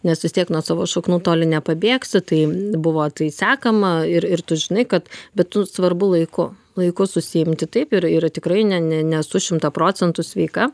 nes vis tiek nuo savo šaknų toli nepabėgsi tai buvo sekama ir ir tu žinai kad bet tu svarbu laiku laiku susiimti taip ir yra tikrai ne ne nesu šimtu procentų sveika